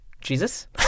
Jesus